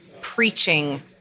preaching